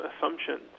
assumptions